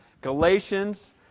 Galatians